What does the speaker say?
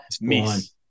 miss